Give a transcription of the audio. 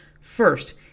First